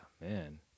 man